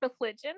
religion